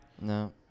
No